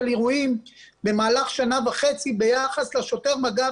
של אירועים במהלך שנה וחצי ביחס לשוטר מג"ב